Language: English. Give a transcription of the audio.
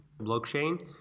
blockchain